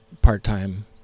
part-time